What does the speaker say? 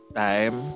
time